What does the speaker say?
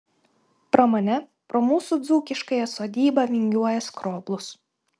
pro mane pro mūsų dzūkiškąją sodybą vingiuoja skroblus